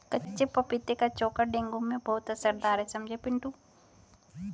कच्चे पपीते का चोखा डेंगू में बहुत असरदार है समझे पिंटू